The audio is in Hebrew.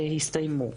שהסתיימו.